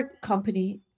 company